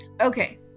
Okay